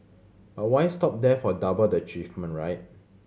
but why stop there for double the achievement right